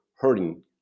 hurting